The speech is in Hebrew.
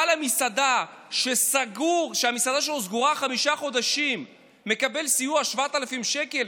בעל המסעדה שהמסעדה שלו סגורה חמישה חודשים מקבל סיוע של 7,000 שקלים.